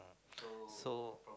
so